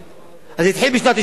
זה התחיל בשנת 1996,